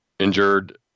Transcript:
Injured